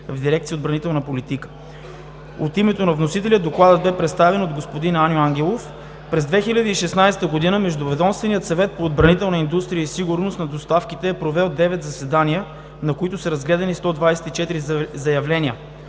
в дирекция „Отбранителна политика“. От името на вносителя Докладът бе представен от господин Аню Ангелов. През 2016 г. Междуведомственият съвет по отбранителна индустрия и сигурност на доставките е провел девет заседания, на които са разгледани 124 заявления.